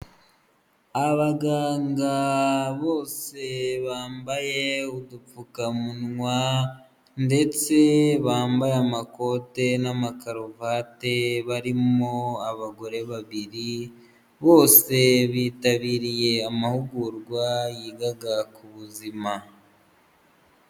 Abaganga bose bambaye udupfukamunwa ndetse bambaye amakote n'amakaruvati barimo abagore babiri, bose bitabiriye amahugurwa yigaga ku buzima.